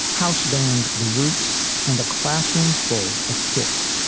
house band the roots and a classroom full of kids.